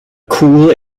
cool